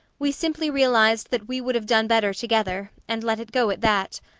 we simply realized that we would have done better together, and let it go at that.